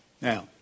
Now